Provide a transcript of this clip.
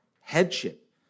headship